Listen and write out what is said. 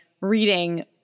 reading